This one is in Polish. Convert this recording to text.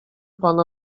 pana